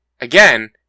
again